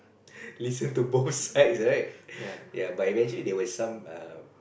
listen to both sides right ya but I imagine there were some err